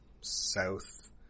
south